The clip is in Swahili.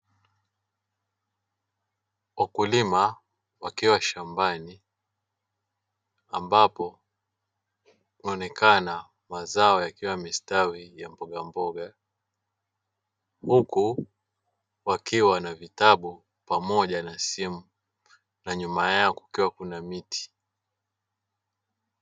Wakulima wakiwa shambani ambapo inaonekana mazao yakiwa yamestawi ya mbogamboga, huku wakiwa na vitabu pamoja na simu na nyuma yao kukiwa kuna miti.